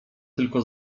tylko